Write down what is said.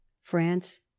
France